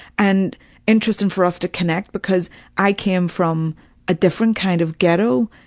and interesting for us to connect because i came from a different kind of ghetto,